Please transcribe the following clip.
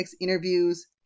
interviews